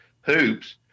hoops